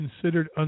considered